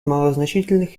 малозначительных